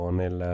nel